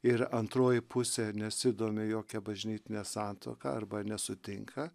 ir antroji pusė nesidomi jokia bažnytine santuoka arba nesutinka